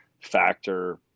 factor